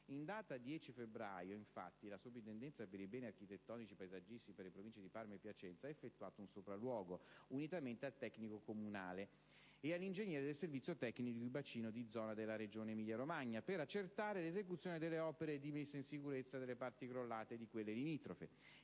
In data 10 febbraio, infatti, la Soprintendenza per i beni architettonici e paesaggistici per le Province di Parma e Piacenza ha effettuato un sopralluogo, unitamente al tecnico comunale e all'ingegnere del servizio tecnico di bacino di zona della Regione Emilia Romagna, per accertare l'esecuzione delle opere di messa in sicurezza delle parti crollate e di quelle limitrofe.